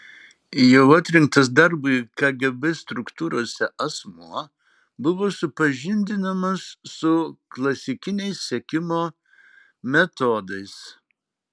jau atrinktas darbui kgb struktūrose asmuo buvo supažindinamas su klasikiniais sekimo metodais